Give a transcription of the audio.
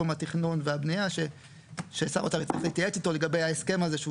התכנון והבנייה ששר האוצר יתייעץ איתו לגבי ההסכם הזה שהוא